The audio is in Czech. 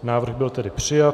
Návrh byl tedy přijat.